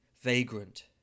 vagrant